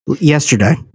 Yesterday